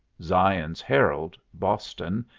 zion's herald, boston,